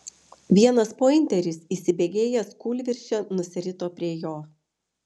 vienas pointeris įsibėgėjęs kūlvirsčia nusirito prie jo